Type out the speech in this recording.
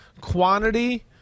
quantity